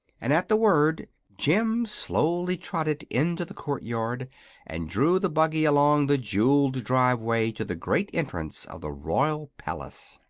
and at the word jim slowly trotted into the courtyard and drew the buggy along the jewelled driveway to the great entrance of the royal palace.